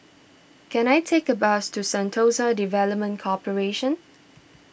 can I take a bus to Sentosa Development Corporation